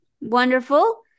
wonderful